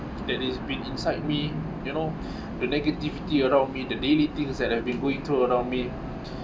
that is been inside me you know the negativity around me the daily things that have been going through around me